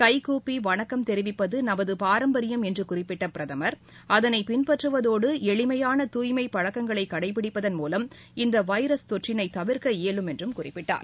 கைக்கூப்பிவணக்கம் தெரிவிப்பதுநமதபாரம்பரியம் என்றுகுறிப்பிட்டபிரதம் அதனைபின்பற்றுவதோடு எளிமையான தூய்மைபழக்கங்களைகடைபிடிப்பதன் மூலம் இந்தவைரஸ் தொற்றினைதவிர்க்க இயலும் என்றுகுறிப்பிட்டார்